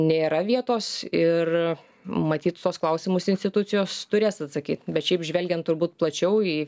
nėra vietos ir matyt tuos klausimus institucijos turės atsakyt bet šiaip žvelgiant turbūt plačiau į